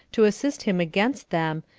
to assist him against them,